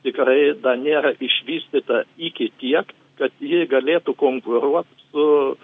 tikrai dar nėra išvystyta iki tiek kad ji galėtų konkuruot su